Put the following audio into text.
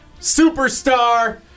superstar